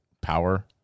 power